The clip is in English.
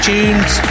Tunes